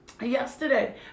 yesterday